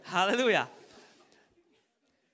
Hallelujah